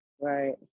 right